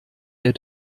der